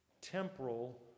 temporal